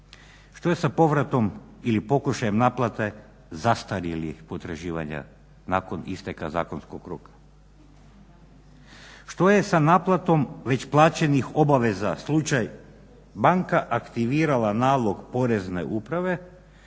Što je sa povratom ili pokušajem naplate zastarjelih potraživanja nakon isteka zakonskog roka? Što je sa naplatom već plaćenih obaveza slučaj banka aktivirala nalog Porezne uprave,